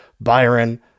Byron